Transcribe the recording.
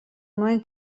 nuen